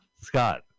Scott